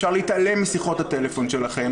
אפשר להתעלם משיחות הטלפון שלכם,